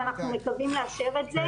ואנחנו מקווים לאשר את זה.